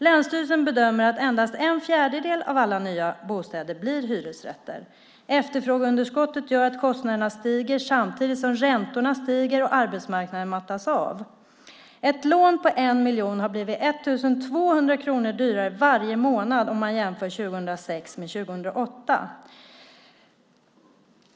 Länsstyrelsen bedömer att endast en fjärdedel av alla nya bostäder blir hyresrätter. Efterfrågeunderskottet gör att kostnaderna stiger samtidigt som räntorna stiger och arbetsmarknaden mattas av. Ett lån på 1 miljon kronor har blivit 1 200 kronor dyrare varje månad om man jämför 2006 med 2008.